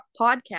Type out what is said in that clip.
podcast